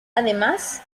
además